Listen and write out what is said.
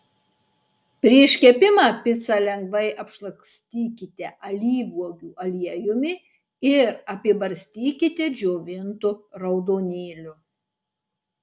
prieš kepimą picą lengvai apšlakstykite alyvuogių aliejumi ir apibarstykite džiovintu raudonėliu